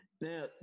Now